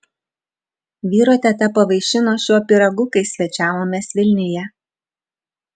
vyro teta pavaišino šiuo pyragu kai svečiavomės vilniuje